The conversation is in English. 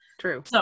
True